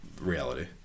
reality